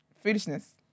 foolishness